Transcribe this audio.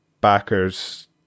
backers